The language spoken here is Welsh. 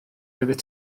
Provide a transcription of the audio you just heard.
oeddet